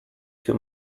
too